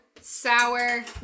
sour